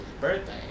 birthday